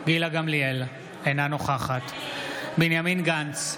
אינה נוכחת בנימין גנץ,